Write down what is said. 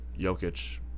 Jokic